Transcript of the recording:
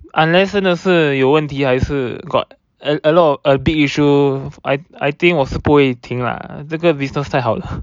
unless 真的是有问题还是 got a lot a a big issue I think I I 我是不会停啦这个 business 太好了